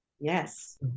Yes